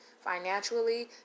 financially